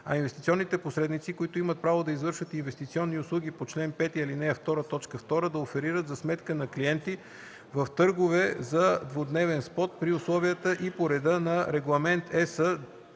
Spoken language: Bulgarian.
а инвестиционните посредници, които имат право да извършват инвестиционни услуги по чл. 5, ал. 2, т. 2 – да оферират за сметка на клиенти, в търгове за двудневен спот при условията и по реда на Регламент (ЕС)